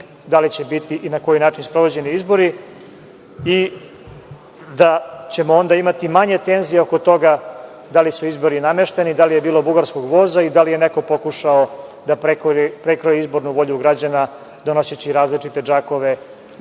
da li će biti i na koji način sprovođeni izbori i da ćemo onda imati manje tenzija oko toga da li su izbori namešteni, da li je bilo Bugarskog voza i da li je neko pokušao da prekroji izbornu volju građana donoseći različite džakove